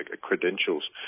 credentials